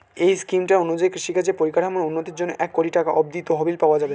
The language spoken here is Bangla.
এই স্কিমটার অনুযায়ী কৃষিকাজের পরিকাঠামোর উন্নতির জন্যে এক কোটি টাকা অব্দি তহবিল পাওয়া যাবে